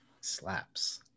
slaps